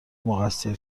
مقصر